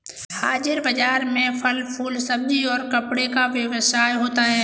हाजिर बाजार में फल फूल सब्जी और कपड़े का व्यवसाय होता है